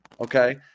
Okay